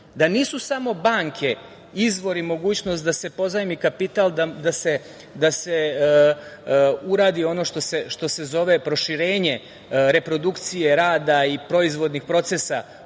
da nisu samo banke izvor i mogućnost da se pozajmi kapital da se uradi ono što se zove proširenje reprodukcije rada i proizvodnih procesa